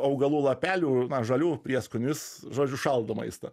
augalų lapelių na žalių prieskonių jis žodžiu šaldo maistą